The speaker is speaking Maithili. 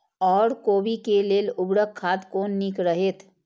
ओर कोबी के लेल उर्वरक खाद कोन नीक रहैत?